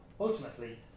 Ultimately